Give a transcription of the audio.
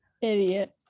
Idiot